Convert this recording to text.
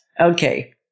Okay